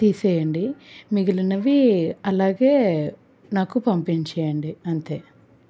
తీసేయండి మిగిలినవి అలాగే నాకు పంపించేయండి అంతే